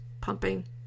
pumping